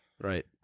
Right